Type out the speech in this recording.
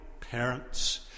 parents